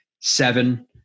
Seven